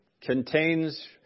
contains